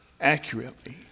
accurately